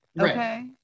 Okay